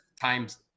times